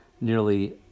nearly